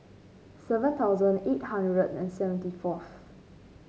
seven thousand eight hundred and sixty fourth